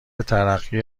ترقی